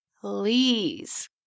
please